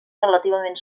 relativament